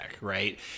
right